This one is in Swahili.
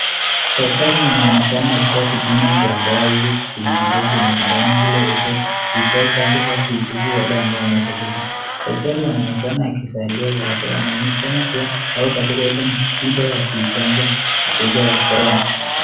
Daktari anaonekana akitoa kipimo cha dawa hizi kupitia kwenye sindano ili aweze kuipea chanjo au kutibu wale ambao wamweza kusimama. Daktari anaonekana akivalia barakoa anaonekana kuwa ako katika hili mtindo ya kuichanja ugonjwa wa corona.